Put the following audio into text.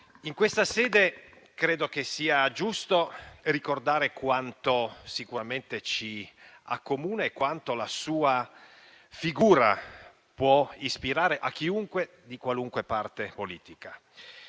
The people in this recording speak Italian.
In questa sede, credo che sia giusto ricordare quanto sicuramente ci accomuna e quanto la sua figura possa ispirare chiunque, di qualunque parte politica.